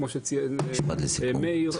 כמו שציין מאיר,